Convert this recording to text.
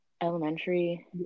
elementary